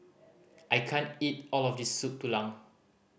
I can't eat all of this Soup Tulang